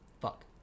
fuck